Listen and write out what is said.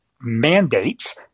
mandates